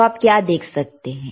तो आप क्या देख सकते हैं